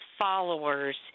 followers